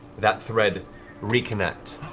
that thread reconnect,